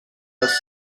als